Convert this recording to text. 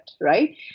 right